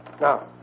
Now